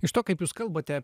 iš to kaip jūs kalbate